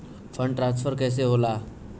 Fund transfer कैसे होला?